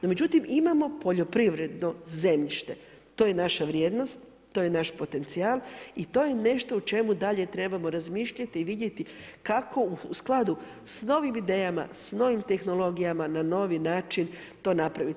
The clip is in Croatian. No, međutim, imamo poljoprivredno zemljište, to je naša vrijednost, to je naš potencijal i to je nešto u čemu dalje trebamo razmišljati i vidjeti, kako u skladu s novim idejama, s novim tehnologijama, na novi način to napraviti.